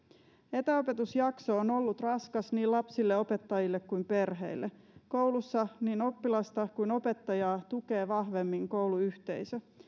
etäopetusjakso on ollut raskas niin lapsille opettajille kuin perheille koulussa niin oppilasta kuin opettajaa tukee vahvemmin kouluyhteisö